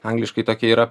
angliškai tokia yra